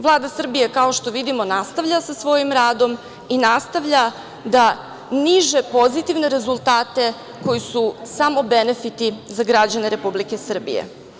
Vlada Srbije, kao što vidimo, nastavlja sa svojim radom i nastavlja da niže pozitivne rezultate koji su samo benefiti za građane Republike Srbije.